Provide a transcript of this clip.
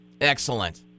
Excellent